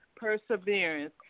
perseverance